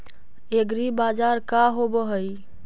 एग्रीबाजार का होव हइ?